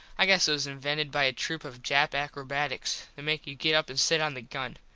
i guess it was invented by a troop of jap akrobats. they make you get up and sit on the gun.